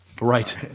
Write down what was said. Right